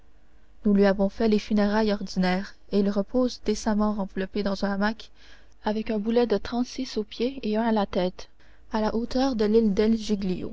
nous lui avons fait les funérailles ordinaires et il repose décemment enveloppé dans un hamac avec un boulet de trente-six aux pieds et un à la tête à la hauteur de l'île